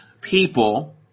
people